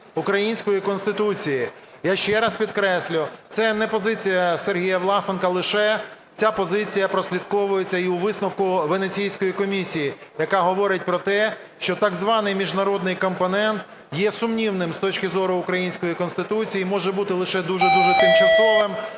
української Конституції. Я ще раз підкреслюю, це не позиція Сергія Власенка лише, ця позиція прослідковується і у висновку Венеційської комісії, яка говорить про те, що так званий міжнародний компонент є сумнівним з точки зору української Конституції і може бути лише дуже і дуже тимчасовим,